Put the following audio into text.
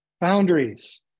boundaries